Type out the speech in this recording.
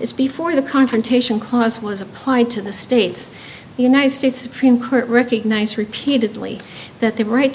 is before the confrontation clause was applied to the states the united states supreme court recognized repeatedly that they were right to